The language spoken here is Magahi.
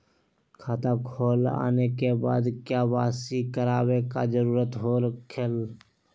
खाता खोल आने के बाद क्या बासी करावे का जरूरी हो खेला?